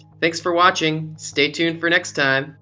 thanks for watching stay tuned for next time.